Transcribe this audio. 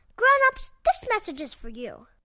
grown-ups, this message is for you